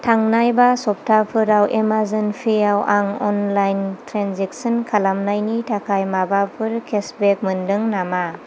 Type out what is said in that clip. थांनाय बा सप्ताफोराव एमाजन पेआव आं अनलाइन ट्रेन्जेकसन खालामनायनि थाखाय माबाफोर केसबेक मोन्दों नामा